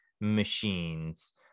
machines